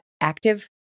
active